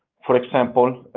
for example,